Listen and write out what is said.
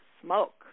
smoke